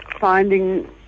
finding